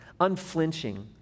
unflinching